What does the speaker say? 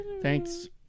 thanks